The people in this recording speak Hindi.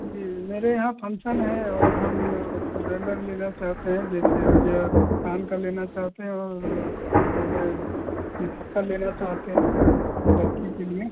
जी मेरे यहाँ फन्क्शन है और हम ज्वेलर लेना चाहते हैं जैसे हो गया कान का लेना चाहते हैं और जो है नाक का लेना चाहते हैं लड़की के लिए